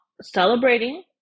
celebrating